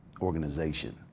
organization